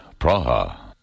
Praha